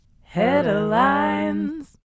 Headlines